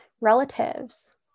relatives